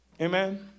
Amen